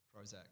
Prozac